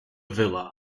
villa